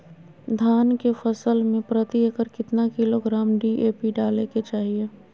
धान के फसल में प्रति एकड़ कितना किलोग्राम डी.ए.पी डाले के चाहिए?